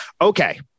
Okay